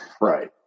Right